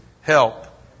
help